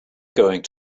going